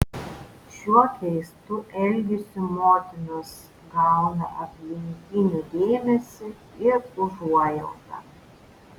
šiuo keistu elgesiu motinos gauna aplinkinių dėmesį ir užuojautą